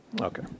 Okay